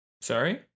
sorry